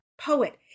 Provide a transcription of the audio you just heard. poet